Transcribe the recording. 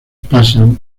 pasan